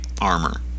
armor